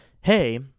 hey